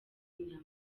inyama